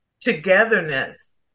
togetherness